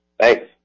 Thanks